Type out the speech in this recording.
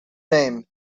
name